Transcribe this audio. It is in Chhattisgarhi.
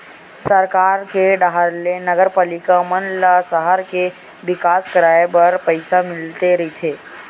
सरकार के डाहर ले नगरपालिका मन ल सहर के बिकास कराय बर पइसा मिलते रहिथे